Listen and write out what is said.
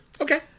Okay